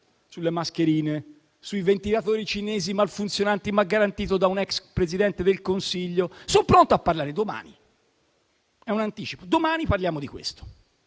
sulle mascherine, sui ventilatori cinesi malfunzionanti, ma garantiti da un ex Presidente del Consiglio; sono pronto a parlare di questo domani. È un anticipo: domani parliamo di questo.